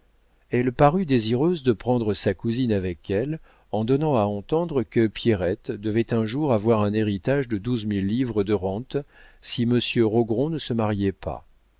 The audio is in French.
elle parut désireuse de prendre sa cousine avec elle en donnant à entendre que pierrette devait un jour avoir un héritage de douze mille livres de rente si monsieur rogron ne se mariait pas